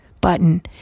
button